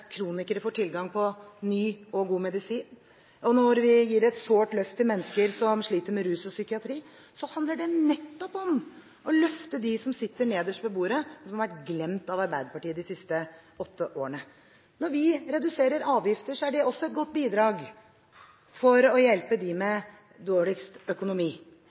kronikere får tilgang til ny og god medisin, og når vi gir et sårt løft til mennesker som sliter med rus og psykiske lidelser, handler det nettopp om å løfte dem som sitter nederst ved bordet, og som har vært glemt av Arbeiderpartiet de siste åtte årene. Når vi reduserer avgifter, er det også et godt bidrag for å hjelpe dem med dårligst økonomi. Når vi øker stipendet til de elevene som har svakest økonomi,